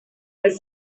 was